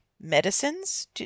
medicines